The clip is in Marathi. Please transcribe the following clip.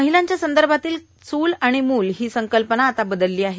महिलांच्या संदर्भातील चूल आणि मूल ही संकल्पना बदलली आहे